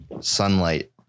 sunlight